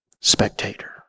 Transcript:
spectator